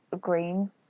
green